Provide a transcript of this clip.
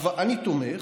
אני תומך.